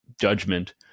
judgment